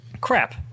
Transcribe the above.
crap